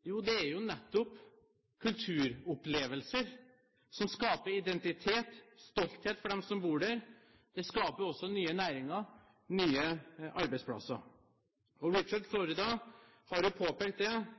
Det er jo nettopp kulturopplevelser som skaper identitet og stolthet for dem som bor der. Det skaper også nye næringer og nye arbeidsplasser. Og Richard Florida har jo påpekt